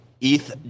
ETH